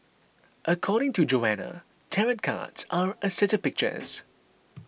according to Joanna tarot cards are a set of pictures